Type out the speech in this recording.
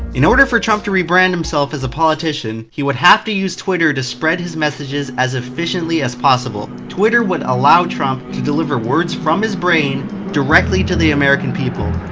in order for trump to rebrand himself as a politician, he would have to use twitter to spread his messages as efficiently as possible. twitter would allow trump to deliver words from his brain directly to the american people.